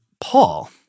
Paul